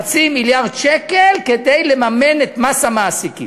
חצי מיליארד שקל, כדי לממן את מס המעסיקים,